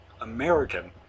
American